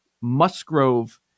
Musgrove